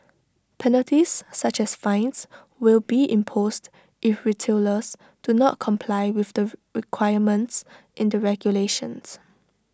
penalties such as fines will be imposed if retailers do not comply with the requirements in the regulations